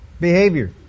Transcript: behavior